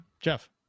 Jeff